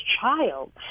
child